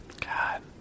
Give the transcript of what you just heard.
God